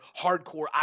hardcore